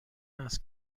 است